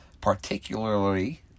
Particularly